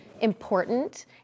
important